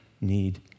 need